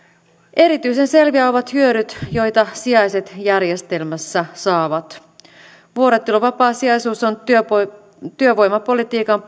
erityisen selviä ovat hyödyt joita sijaiset järjestelmässä saavat vuorotteluvapaasijaisuus on työvoimapolitiikan